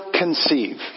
conceive